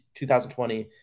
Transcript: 2020